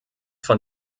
von